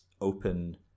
open